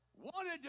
wanted